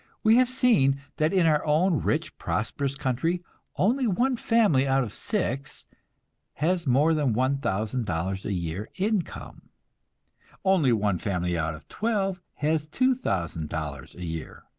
we have seen that in our own rich, prosperous country only one family out of six has more than one thousand dollars a year income only one family out of twelve has two thousand dollars a year.